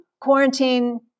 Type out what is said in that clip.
quarantine